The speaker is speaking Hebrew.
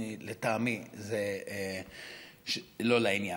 לטעמי זה לא לעניין.